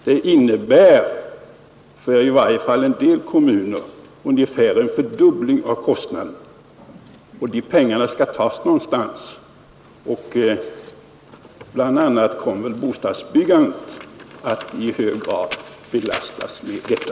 Det innebär för i varje fall en del kommuner ungefär en fördubbling av kostnaderna, och de pengarna skall tas någonstans — bl.a. kommer väl bostadsbyggandet att i hög grad belastas med detta.